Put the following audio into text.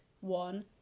one